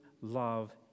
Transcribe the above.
love